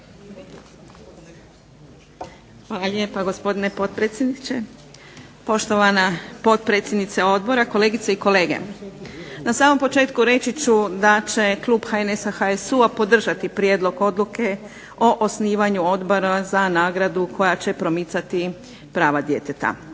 Hvala lijepa gospodine potpredsjedniče, poštovana potpredsjednice odbora, kolegice i kolege. Na samom početku reći ću da će klub HNS-HSU-a podržati prijedlog Odluke o osnivanju Odbora za nagradu koja će promicati prava djeteta.